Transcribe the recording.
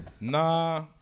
Nah